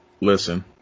Listen